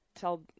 tell